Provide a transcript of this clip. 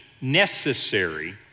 necessary